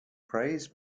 praised